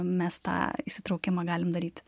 mes tą įsitraukimą galim daryti